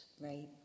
Right